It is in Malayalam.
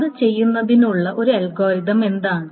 അത് ചെയ്യുന്നതിനുള്ള ഒരു അൽഗോരിതം എന്താണ്